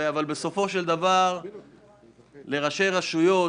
לראשי רשויות